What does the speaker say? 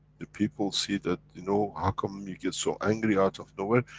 the people see that you know how come you get so angry out of no where?